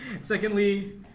Secondly